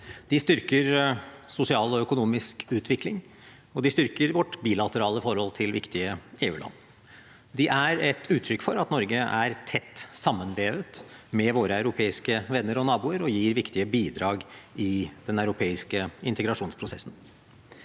De styrker sosial og økonomisk utvikling, og de styrker vårt bilaterale forhold til viktige EU-land. De er et uttrykk for at Norge er tett sammenvevet med våre europeiske venner og naboer, og gir viktige bidrag i den europeiske integrasjonsprosessen.